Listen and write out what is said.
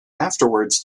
afterwards